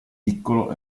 piccolo